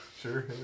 Sure